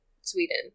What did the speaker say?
Sweden